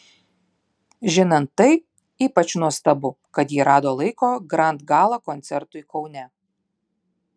žinant tai ypač nuostabu kad ji rado laiko grand gala koncertui kaune